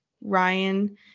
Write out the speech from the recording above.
Ryan